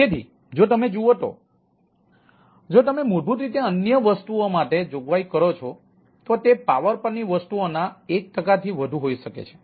તેથી જો તમે જુઓ તો જો તમે મૂળભૂત રીતે અન્ય વસ્તુઓ માટે જોગવાઈઓ કરો છો તો તે પાવર પરની વસ્તુઓના 1 ટકાથી વધુ હોઈ શકે છે